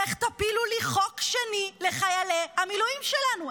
איך תפילו לי חוק שני לחיילי המילואים שלנו?